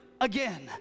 again